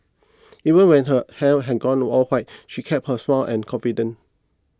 even when her hair had gone all white she kept her smile and confidence